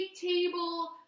table